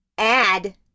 add